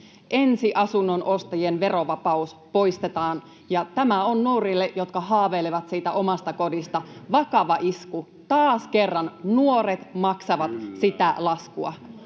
ensiasunnon ostajien verovapaus poistetaan. Tämä on nuorille, jotka haaveilevat siitä omasta kodista, vakava isku. Taas kerran nuoret maksavat sitä laskua.